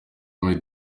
muri